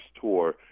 tour